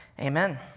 Amen